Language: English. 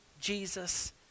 Jesus